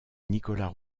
nicolas